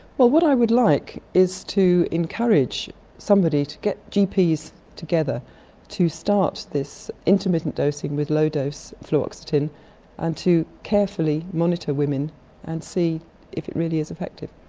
but what i would like is to encourage somebody to get gps together to start this intermittent dosing with low dose fluoxetine and to carefully monitor women and see if it really is effective.